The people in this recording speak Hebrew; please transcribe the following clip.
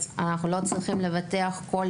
אנחנו לא צריכים לבטח כל